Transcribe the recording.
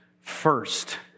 first